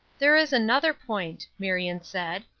there is another point, marion said.